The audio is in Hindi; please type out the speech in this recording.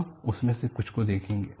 हम उनमें से कुछ को देखेंगे